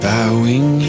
Bowing